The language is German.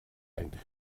ein